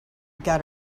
got